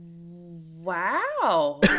wow